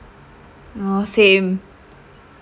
oh same